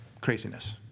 craziness